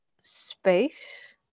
space